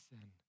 sin